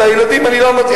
והילדים, אני לא אמרתי.